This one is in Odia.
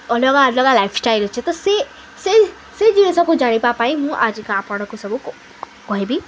ଅଲଗା ଅଲଗା ଲାଇଫ୍ ଷ୍ଟାଇଲ୍ ଅଛି ତ ସେ ସେ ସେ ଜିନିଷକୁ ଜାଣିବା ପାଇଁ ମୁଁ ଆଜି ଆପଣଙ୍କୁ ସବୁ କହିବି